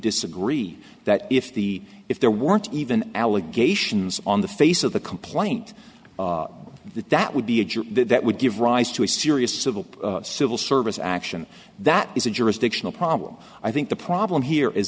disagree that if the if there weren't even allegations on the face of the comply isn't that that would be a jerk that would give rise to a serious civil civil service action that is a jurisdictional problem i think the problem here is